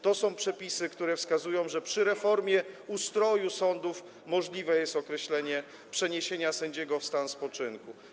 To są przepisy, które wskazują, że przy reformie ustroju sądów możliwe jest określenie przeniesienia sędziego w stan spoczynku.